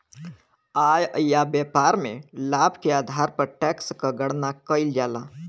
आय या व्यापार में लाभ के आधार पर टैक्स क गणना कइल जाला